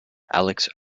alex